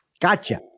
Gotcha